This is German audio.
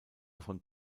von